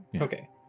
Okay